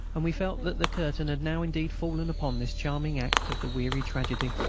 and we felt that the curtain had now indeed fallen upon this charming act of the weary tragedy.